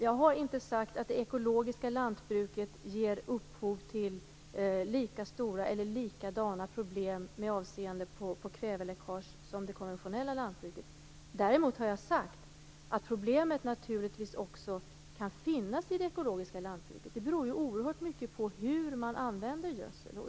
Jag har inte sagt att det ekologiska lantbruket ger upphov till likadana problem med avseende på kväveläckage som det konventionella lantbruket. Däremot har jag sagt att problemet naturligtvis också kan finnas i det ekologiska lantbruket. Det beror oerhört mycket på hur man använder gödsel.